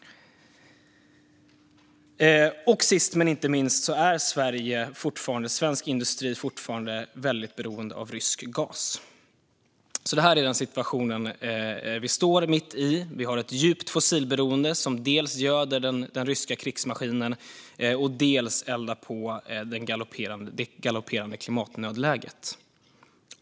Sist men inte minst är Sverige och svensk industri fortfarande väldigt beroende av rysk gas. Denna situation står vi mitt i. Vi har ett djupt fossilberoende som dels göder den ryska krigsmaskinen, dels eldar på det galopperande klimatnödläget.